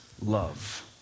love